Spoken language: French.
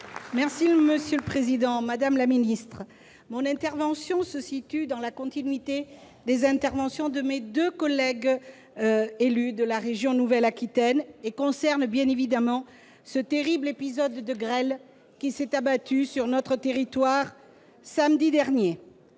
socialiste et républicain. Madame la ministre, mon intervention se situe dans la continuité des interventions de mes deux collègues élus de la région Nouvelle-Aquitaine et concerne bien évidemment ce terrible épisode de grêle qui s'est abattu sur notre territoire samedi dernier.